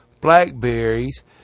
blackberries